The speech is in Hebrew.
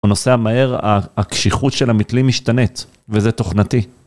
הנוסע מהר, הקשיחות של המיתלים משתנית וזה תוכנתי.